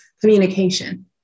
communication